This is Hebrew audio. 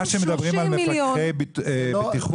מה שמדברים על מפקחי בטיחות,